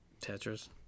Tetris